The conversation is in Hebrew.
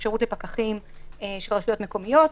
אפשרות לפקחים של רשויות מקומיות,